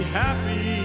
happy